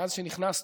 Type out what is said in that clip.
מאז שנכנסתי,